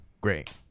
Great